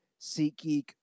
SeatGeek